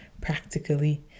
practically